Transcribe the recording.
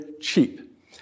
cheap